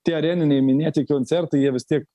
tie areniniai minėti koncertai jie vis tiek